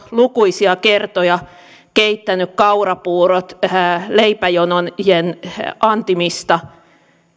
lukuisia kertoja keittänyt kaurapuurot leipäjonojen antimista